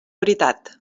veritat